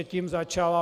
Tím začal.